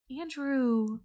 Andrew